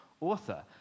author